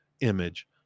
image